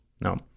No